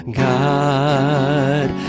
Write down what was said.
God